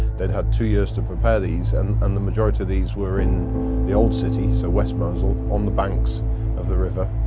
they'd had two years to prepare these, and and the majority of these were in the old city, so west mosul, on the banks of the river.